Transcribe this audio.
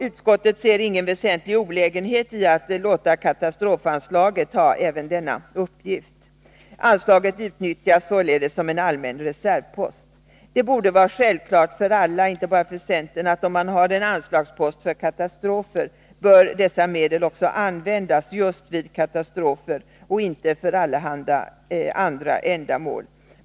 Utskottet ser ingen väsentlig olägenhet i att låta katastrofanslaget ha även denna uppgift. Anslaget utnyttjas således som en allmän reservpost. Det borde vara självklart för alla, inte bara för centern, att om man har en anslagspost för katastrofer bör dessa medel också användas just vid katastrofer och inte för allehanda andra ändamål.